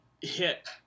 hit